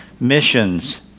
missions